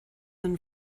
don